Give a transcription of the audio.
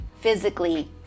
physically